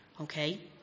okay